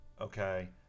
okay